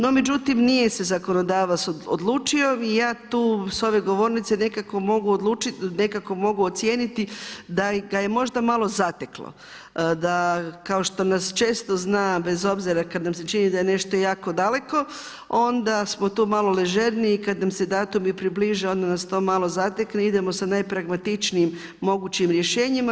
No međutim nije se zakonodavac odlučio i ja tu s ove govornice nekako mogu ocijeniti da ga je možda malo zateklo, da kao što nas često zna bez obzira kada nam se čini da je nešto jako daleko onda smo tu malo ležerniji i kada nam se datumi približe onda nas to malo zatekne i idemo sa najpragmatičnijim mogućim rješenjima.